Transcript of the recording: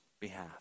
behalf